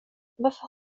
varför